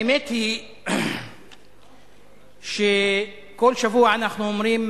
האמת היא שכל שבוע אנחנו אומרים,